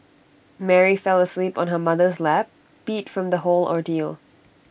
Mary fell asleep on her mother's lap beat from the whole ordeal